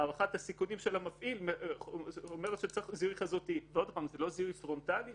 הנוסח שהפצנו הוא: "בעל רישיון לעריכת דין בישראל".